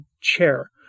chair